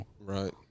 Right